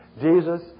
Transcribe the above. Jesus